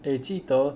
eh 记得